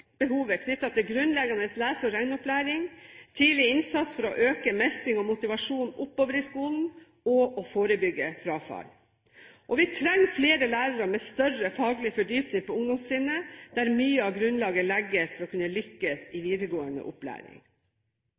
til grunnleggende lese- og regneopplæring. Det er nødvendig med tidlig innsats for å øke mestring og motivasjon oppover i skolen og forebygge frafall. Og vi trenger flere lærere med større faglig fordypning på ungdomstrinnet, der mye av grunnlaget legges for å kunne lykkes i videregående opplæring.